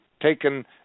taken